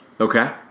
Okay